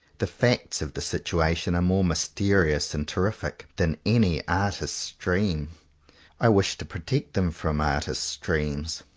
the facts of the situation are more mysterious and terrific than any artist's dream. i wish to protect them from artists' dreams.